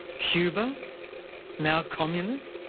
cuba now communist?